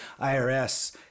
irs